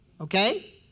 Okay